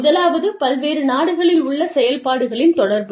முதலாவது பல்வேறு நாடுகளில் உள்ள செயல்பாடுகளின் தொடர்பு